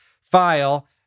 file